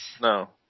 No